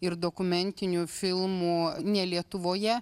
ir dokumentinių filmų ne lietuvoje